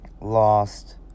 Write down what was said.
lost